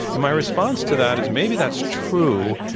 and my response to that is maybe that's true,